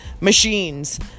machines